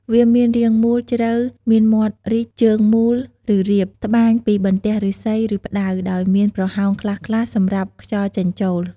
វាមានរាងមូល ជ្រៅ មានមាត់រីក ជើងមូល ឬរាប ត្បាញពីបន្ទះឫស្សី ឬផ្តៅដោយមានប្រហោងខ្លះៗសម្រាប់ខ្យល់ចេញចូល។